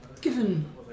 given